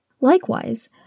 Likewise